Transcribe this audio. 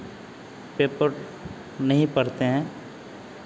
paper नहीं पढ़ते हैं